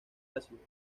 ácidos